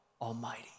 Almighty